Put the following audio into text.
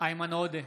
איימן עודה,